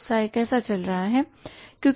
व्यवसाय कैसा चल रहा है